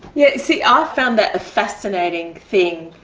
yeah see, i found that a fascinating thing,